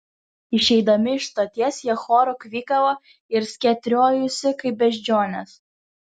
išeidami iš stoties jie choru kvykavo ir skėtriojusi kaip beždžionės